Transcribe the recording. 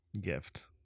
gift